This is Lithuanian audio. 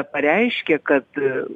pareiškė kad